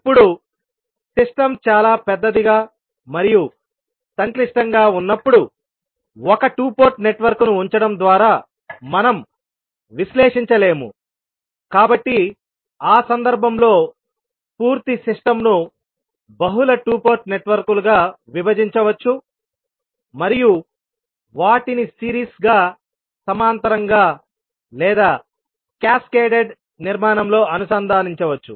ఇప్పుడు సిస్టమ్ చాలా పెద్దదిగా మరియు సంక్లిష్టంగా ఉన్నప్పుడు ఒక 2 పోర్ట్ నెట్వర్క్ను ఉంచడం ద్వారా మనం విశ్లేషించలేముకాబట్టి ఆ సందర్భంలో పూర్తి సిస్టమ్ ను బహుళ 2 పోర్ట్ నెట్వర్క్లుగా విభజించవచ్చు మరియు వాటిని సిరీస్ గా సమాంతరంగా లేదా క్యాస్కేడ్ నిర్మాణంలో అనుసంధానించవచ్చు